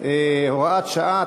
(הוראת שעה),